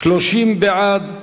30 בעד,